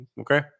Okay